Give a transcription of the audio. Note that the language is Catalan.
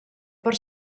per